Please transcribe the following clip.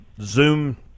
Zoom